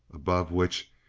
above which,